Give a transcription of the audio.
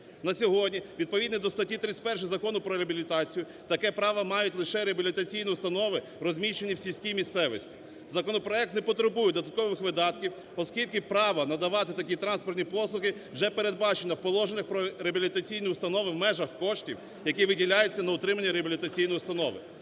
На сьогодні відповідно до статті 31 Закону про реабілітацію таке право мають лише реабілітаційні установи, розміщені в сільській місцевості. Законопроект не потребує додаткових видатків, оскільки право надавати такі транспорті послуги вже передбачено в положеннях про реабілітаційні установи в межах коштів, які виділяються на утримання реабілітаційної установи.